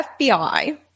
FBI